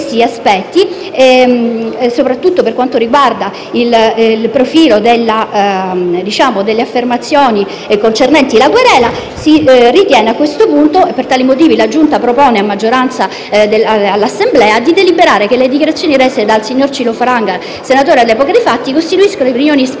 soprattutto per quanto riguarda il profilo delle affermazioni concernenti la querela, la Giunta propone, a maggioranza, all'Assemblea di deliberare che le dichiarazioni rese dal signor Ciro Falanga, senatore all'epoca dei fatti, costituiscono opinioni espresse